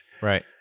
Right